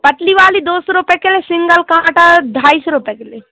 पतली वाली दो सौ रुपये किलो सिन्गल काँटा ढाई सौ रुपये किलो